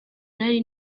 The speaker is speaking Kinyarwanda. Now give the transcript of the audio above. nari